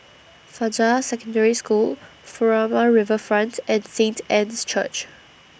Fajar Secondary School Furama Riverfront and Saint Anne's Church